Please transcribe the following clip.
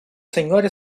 senhora